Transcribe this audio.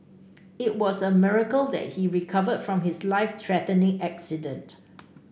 it was a miracle that he recovered from his life threatening accident